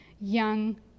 young